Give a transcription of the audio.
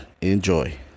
Enjoy